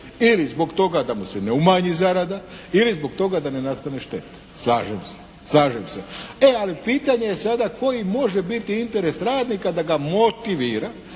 ili zbog toga da mu se ne umanji zarada ili zbog toga da ne nastane šteta. Slažem se. Slažem se. E ali pitanje je sada koji može biti interes radnika da ga motivira